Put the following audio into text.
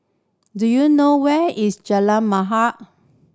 do you know where is Jalan